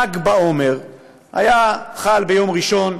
ל"ג בעומר חל ביום ראשון,